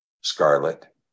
scarlet